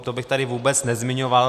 To bych tady vůbec nezmiňoval.